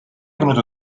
venuto